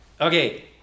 Okay